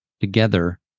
together